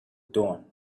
dawn